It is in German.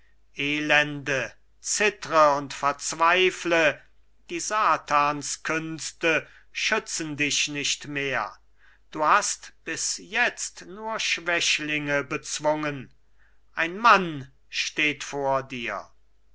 elende zittre und verzweifle die satanskünste schützen dich nicht mehr du hast bis jetzt nur schwächlinge bezwungen ein mann steht vor dir